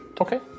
Okay